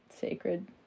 Sacred